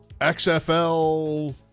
XFL